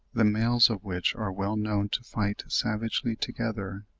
the males of which are well known to fight savagely together,